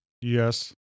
Yes